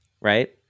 right